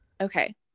Okay